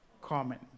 common